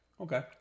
Okay